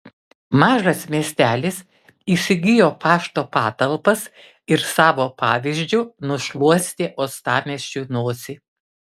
mažas miestelis įsigijo pašto patalpas ir savo pavyzdžiu nušluostė uostamiesčiui nosį